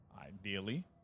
ideally